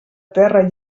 terra